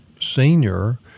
senior